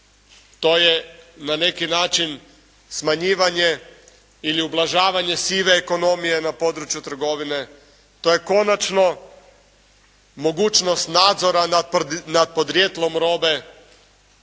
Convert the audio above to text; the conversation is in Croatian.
to je na neki način smanjivanje ili ublažavanje sive ekonomije na području trgovine, to je konačno mogućnost nadzora nad podrijetlom robe,